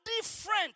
different